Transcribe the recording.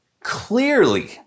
clearly